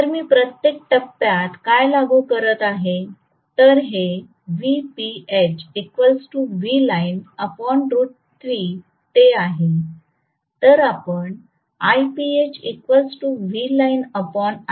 तर मी प्रत्येक टप्प्यात काय लागू करत आहे तर हे ते आहे तर आपण असे म्हणू या